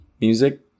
music